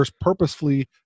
purposefully